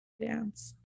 dance